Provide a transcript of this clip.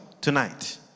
tonight